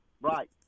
Right